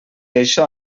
això